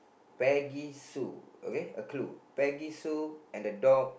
Peggy Sue okay a clue Peggy Sue and the dog